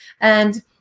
And-